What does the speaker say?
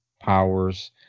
powers